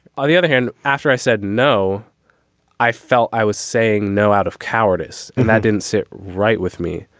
on the other hand after i said no i felt i was saying no out of cowardice. and that didn't sit right with me.